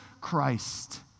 Christ